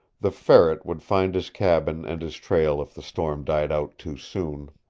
the ferret would find his cabin and his trail if the storm died out too soon.